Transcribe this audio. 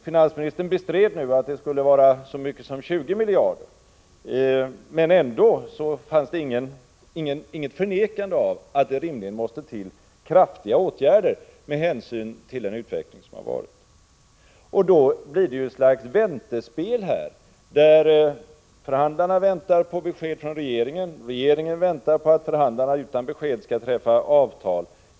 Finansministern bestred nu att det skulle gälla så mycket som 20 miljarder, men han förnekade ändå inte att det rimligen måste till kraftiga åtgärder med hänsyn till den utveckling som har varit. Det blir här ett slags ”väntespel” , där förhandlarna väntar på besked från regeringen och regeringen väntar på att förhandlarna utan besked skall träffa avtal.